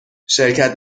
شرکت